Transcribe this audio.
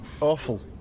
Awful